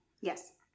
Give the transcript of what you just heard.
yes